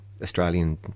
Australian